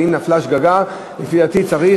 ואם נפלה שגגה לפי דעתי צריך,